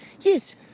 Yes